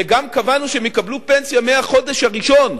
וגם קבענו שהם יקבלו פנסיה מהחודש הראשון,